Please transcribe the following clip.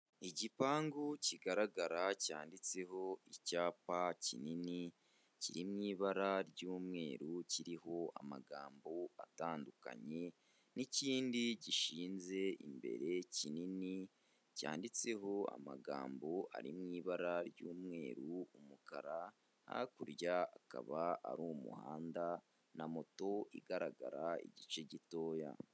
Igipangu kigaragara cyanditseho icyapa kinini kiri mu ibara ry'umweru kiriho amagambo atandukanye n'ikindi gishinze imbere kinini cyanditseho amagambo ari mu ibara ry'umweru, umukara hakurya akaba ari umuhanda na moto igaragara igice gitoya.